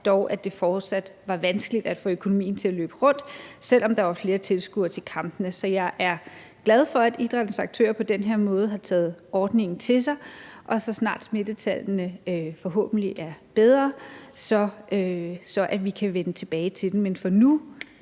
dog, at det fortsat var vanskeligt at få økonomien til at løbe rundt, selv om der var flere tilskuere til kampene. Så jeg er glad for, at idrættens aktører på den her måde har taget ordningen til sig, og så snart smittetallene forhåbentlig bliver bedre, kan vi vende tilbage til den. Men for nu